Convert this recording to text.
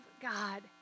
God